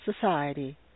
society